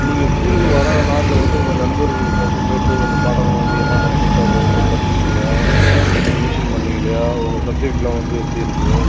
நீங்கள் ஸ்கூலுக்கு வராத நாளில் வந்து உங்கள் நண்பர்கள்கிட்ட வந்து கேட்டு உங்கள் பாடம் வந்து என்னென்னு சொல்லிவிட்டு அது வந்து படிச்சுக்கிலயா ரிவிஷன் பண்ணிங்கலயா உங்கள் சப்ஜெக்ட்லாம் வந்து எப்படி இருக்குது